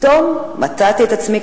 פתאום מצאתי את עצמי,